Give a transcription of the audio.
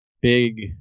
big